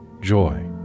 joy